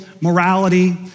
morality